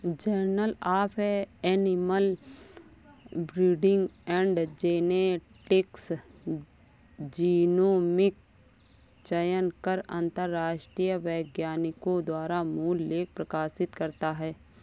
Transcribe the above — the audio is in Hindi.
journal of animal breeding and genetics genomic चयन पर अंतरराष्ट्रीय वैज्ञानिकों द्वारा मूल लेख प्रकाशित करता है